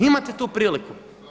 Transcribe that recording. Imate tu priliku.